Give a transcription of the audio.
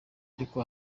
ariko